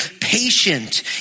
patient